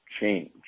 change